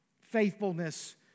faithfulness